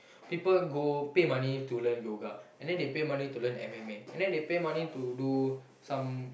people go pay money to learn yoga and then they pay money to learn M_M_A and then they pay money to do some